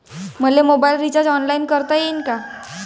मले mobile recharge online करता येईन का?